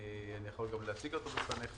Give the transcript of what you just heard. אני יכול גם להציג את האישור הזה בפניכם.